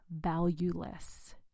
valueless